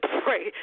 pray